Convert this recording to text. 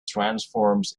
transforms